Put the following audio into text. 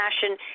passion